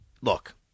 look